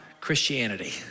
Christianity